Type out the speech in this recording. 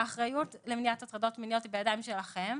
האחריות למניעת הטרדות מיניות היא בידיים שלכם.